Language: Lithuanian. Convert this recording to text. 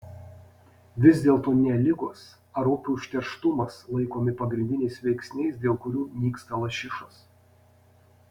vis dėlto ne ligos ar upių užterštumas laikomi pagrindiniais veiksniais dėl kurių nyksta lašišos